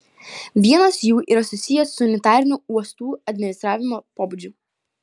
vienas jų yra susijęs su unitariniu uostų administravimo pobūdžiu